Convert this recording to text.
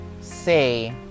say